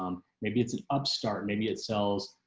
um maybe it's an upstart maybe itself.